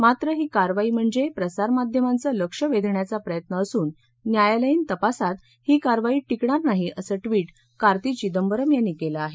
मात्र ही कारवाई म्हणजे प्रसारमाध्यमांचं लक्ष वेधण्याचा प्रयत्न असून न्यायालयीन तपासात ही कारवाई टिकणार नाही असं ट्वीट कार्ती चिंदबरम यांनी केलं आहे